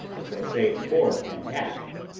as i said, fore and aft.